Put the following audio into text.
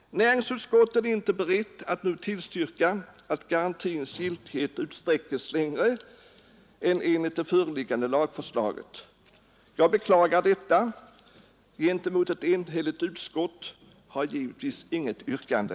Näringsutskottet är inte berett att nu tillstyrka att garantins giltighet utsträckes längre än enligt det föreliggande lagförslaget. Jag beklagar detta. Gentemot ett enhälligt utskott har jag givetvis inget yrkande.